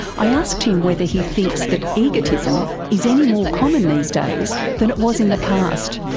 i asked him whether he thinks that egotism is any more common these days than it was in the past.